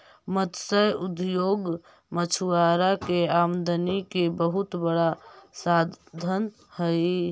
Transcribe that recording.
मत्स्य उद्योग मछुआरा के आमदनी के बहुत बड़ा साधन हइ